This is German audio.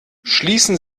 schließen